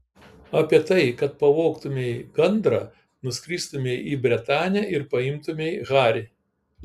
apie tai kad pavogtumei gandrą nuskristumei į bretanę ir paimtumei harį